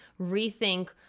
rethink